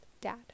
Dad